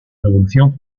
revolución